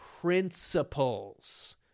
principles